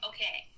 Okay